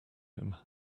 him